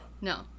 No